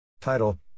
Title